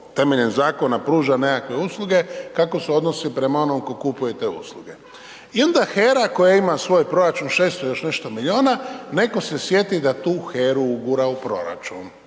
temeljem zakona pruža nekakve usluge, kako se odnosi prema onome tko kupuje te usluge. Il da HERA koja ima svoj proračun 600 i još nešto milijuna, netko se sjeti da tu HERA-u ugura u proračun,